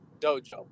dojo